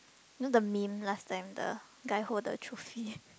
you know the meme last time the guy hold the trophy